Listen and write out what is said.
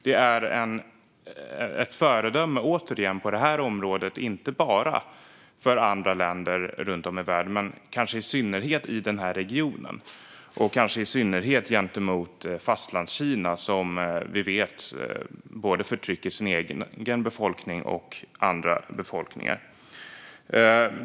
Det är återigen ett föredöme på det här området, inte bara för andra länder runt om i världen utan i synnerhet i den här regionen och gentemot Fastlandskina, som vi vet förtrycker sin egen befolkning och andra befolkningar.